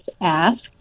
ask